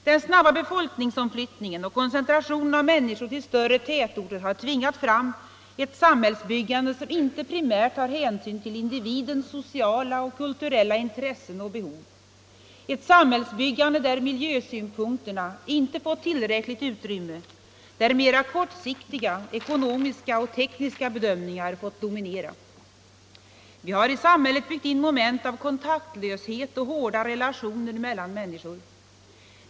Den snabba befolkningsomflyttningen och koncentrationen av människor till större tätorter har tvingat fram ett samhällsbyggande, som inte primärt tar hänsyn till individens sociala och kulturella intressen och behov — ett samhällsbyggande där miljösynpunkterna inte fått tillräckligt utrymme, där mera kortsiktiga ekonomiska och tekniska bedömningar fått dominera. Vi har i samhället byggt in moment av kontaktlöshet och hårda relationer mellan människor.